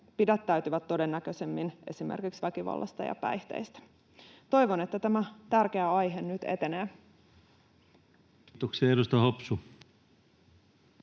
pidättäytyvät todennäköisemmin esimerkiksi väkivallasta ja päihteistä. Toivon, että tämä tärkeä aihe nyt etenee. [Speech 145]